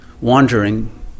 wandering